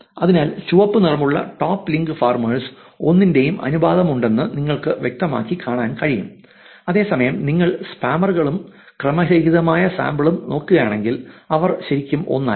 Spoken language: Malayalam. അതിനാൽ ചുവപ്പ് നിറമുള്ള ടോപ്പ് ലിങ്ക് ഫാർമേഴ്സ് ഒന്നിന്റെ അനുപാതമുണ്ടെന്ന് നിങ്ങൾക്ക് വ്യക്തമായി കാണാൻ കഴിയും അതേസമയം നിങ്ങൾ സ്പാമറുകളും ക്രമരഹിതമായ സാമ്പിളും നോക്കുകയാണെങ്കിൽ അവർ ശരിക്കും 1 അല്ല